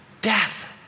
death